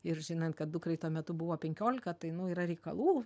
ir žinant kad dukrai tuo metu buvo penkiolika tai nu yra reikalų